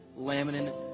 laminin